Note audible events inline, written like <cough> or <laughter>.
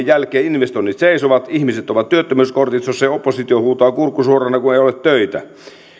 <unintelligible> jälkeen investoinnit seisovat ihmiset ovat työttömyyskortistossa ja oppositio huutaa kurkku suorana kun ei ole töitä